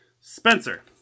Spencer